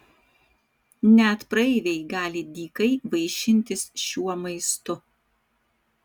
net praeiviai gali dykai vaišintis šiuo maistu